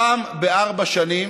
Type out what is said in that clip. פעם בארבע שנים,